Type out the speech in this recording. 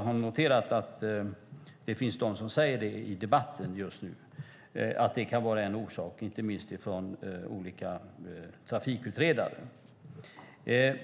har noterat att det i debatten finns de som framhåller detta som en orsak, inte minst olika trafikutredare.